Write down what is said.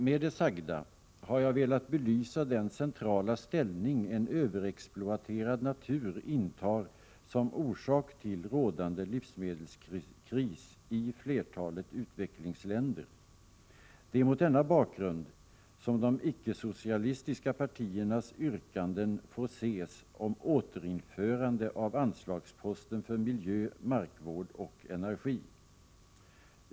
Med det sagda har jag velat belysa den centrala ställning en överexploaterad natur intar som orsak till rådande livsmedelskris i flertalet utvecklingsländer. Det är mot denna bakgrund som de icke-socialistiska partiernas yrkanden får ses om återinförande av anslagsposten för miljö, markvård och energi.